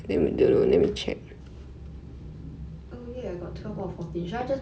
is it oh